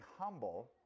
humble